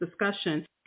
discussion